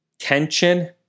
Tension